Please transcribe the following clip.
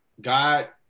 God